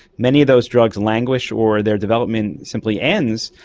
many of those drugs languish or their development simply ends,